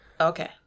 Okay